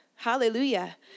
Hallelujah